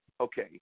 okay